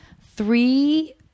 three